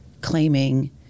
claiming